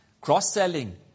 Cross-selling